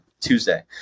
Tuesday